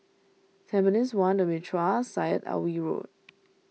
Tampines one the Mitraa Syed Alwi Road